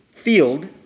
field